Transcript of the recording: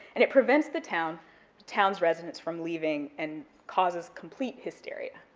and it prevents the town, the town's residents, from leaving and causes complete hysteria.